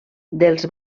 dels